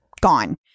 gone